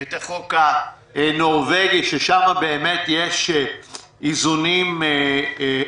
את החוק הנורווגי, ששם יש איזונים ובלמים.